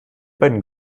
beiden